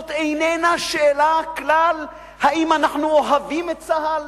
זאת איננה כלל שאלה האם אנחנו אוהבים את צה"ל,